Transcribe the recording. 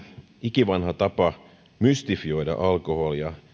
ikivanha tapa mystifioida alkoholia